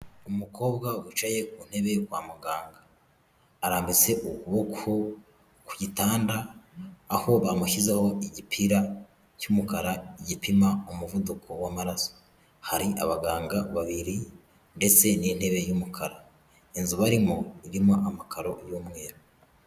Umukobwa wicaye ku ntebe kwa muganga arambitse ukuboko ku gitanda aho bamushyizeho igipira cy'umukara gipima umuvuduko w'amaraso, hari abaganga babiri ndetse n'intebe y'umukara inzu barimo irima amakaro y'umweru.